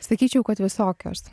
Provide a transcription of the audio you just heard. sakyčiau kad visokios